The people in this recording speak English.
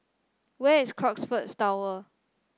where is Crockfords Tower